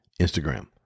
Instagram